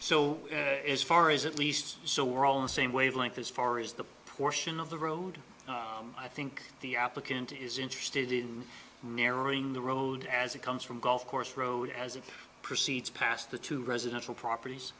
so as far as at least so we're all the same wave length as far as the portion of the road i think the applicant is interested in narrowing the road as it comes from golf course road as it proceeds past the two residential properties